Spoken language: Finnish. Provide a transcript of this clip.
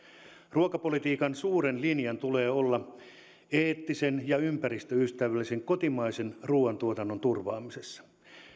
ruokapolitiikan suuren linjan tulee olla eettisen ja ympäristöystävällisen kotimaisen ruuantuotannon turvaamisessa